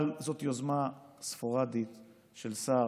אבל זאת דוגמה ספורדית של שר,